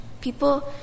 people